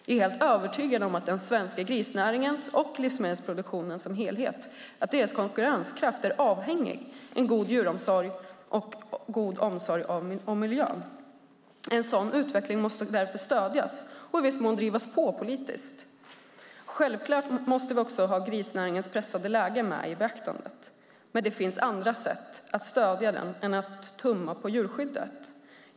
Jag är helt övertygad om att konkurrenskraften för den svenska grisnäringen och för livsmedelsproduktionen som helhet är avhängig av en god djuromsorg och god omsorg om miljön. En sådan utveckling måste därför stödjas och i viss mån drivas på politiskt. Självklart måste vi också ta grisnäringens pressade läge med i beaktande, men det finns andra sätt att stödja den än att tumma på djurskyddet.